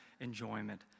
enjoyment